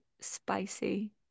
spicy